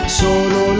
solo